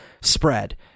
spread